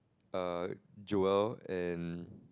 err Joel and